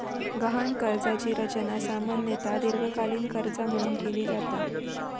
गहाण कर्जाची रचना सामान्यतः दीर्घकालीन कर्जा म्हणून केली जाता